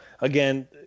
again